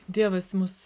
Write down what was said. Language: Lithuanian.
dievas mus